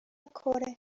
کره